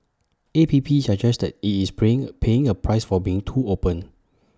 A P P suggests that IT is praying paying A price for being too open